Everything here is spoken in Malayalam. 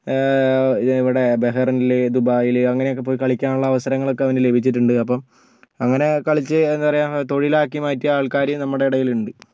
ഇവിടെ ബഹറിനിൽ ദുബായിൽ അങ്ങനെ ഒക്കെ പോയി കളിക്കാനുള്ള അവസരങ്ങളൊക്കെ അവന് ലഭിച്ചിട്ടുണ്ട് അപ്പം അങ്ങനെ കളിച്ച് എന്താ പറയുക തൊഴിലാക്കി മാറ്റിയ ആൾക്കാർ നമ്മുടെ ഇടയിൽ ഉണ്ട്